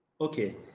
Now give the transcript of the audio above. okay